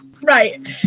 Right